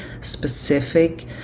specific